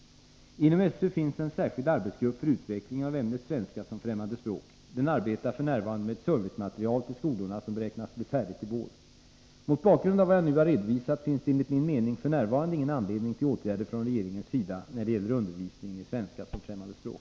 Inom SÖ finns en särskild arbetsgrupp för utveckling av ämnet svenska som främmande språk. Den arbetar f. n. med ett servicematerial till skolorna som beräknas bli färdigt i vår. Mot bakgrund av vad jag nu har redovisat finns det enligt min mening f. n. ingen anledning till åtgärder från regeringens sida när det gäller undervisningen i svenska som främmande språk.